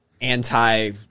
anti